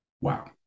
Wow